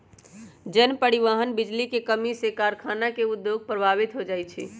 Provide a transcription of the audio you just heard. जन, परिवहन, बिजली के कम्मी से कारखाना के उद्योग प्रभावित हो जाइ छै